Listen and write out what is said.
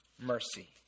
mercy